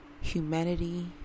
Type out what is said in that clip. humanity